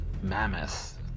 Mammoth